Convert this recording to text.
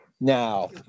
Now